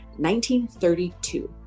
1932